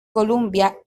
columbia